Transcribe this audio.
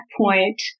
point